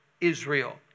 Israel